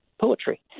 poetry